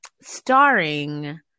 Starring